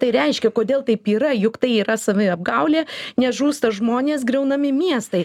tai reiškia kodėl taip yra juk tai yra saviapgaulė nes žūsta žmonės griaunami miestai